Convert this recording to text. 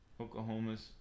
Oklahoma's